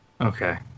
Okay